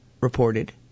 reported